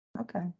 Okay